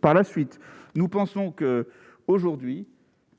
par la suite, nous pensons qu'aujourd'hui.